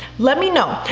let me know,